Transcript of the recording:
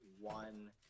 one